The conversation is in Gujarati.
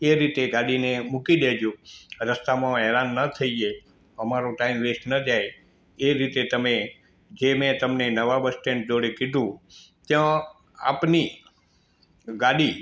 એ રીતે ગાડીને મૂકી દેજો રસ્તામાં હેરાન ન થઈએ અમારો ટાઈમ વેસ્ટ ન જાય એ રીતે તમે જે મેં તમને નવા બસ સ્ટેન્ડ જોડે કીધું ત્યાં આપની ગાડી